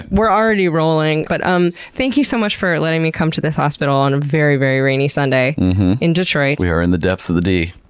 we're already rolling. but um thank you so much for letting me come to this hospital on a very, very rainy sunday in detroit. we are in the depths of the d.